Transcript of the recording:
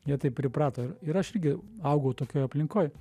jie taip priprato ir aš irgi augau tokioj aplinkoj